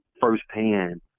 firsthand